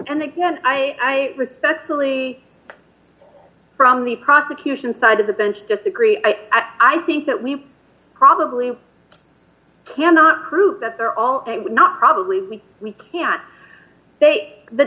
and again i respectfully from the prosecution side of the bench disagree i think that we probably cannot prove that they're all not probably can they the